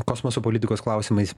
kosmoso politikos klausimais